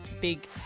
big